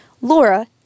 Laura